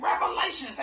revelations